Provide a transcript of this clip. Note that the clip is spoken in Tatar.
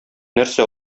нәрсә